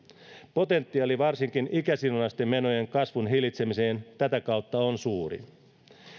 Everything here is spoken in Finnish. potentiaali varsinkin ikäsidonnaisten menojen kasvun hillitsemiseen tätä kautta on suuri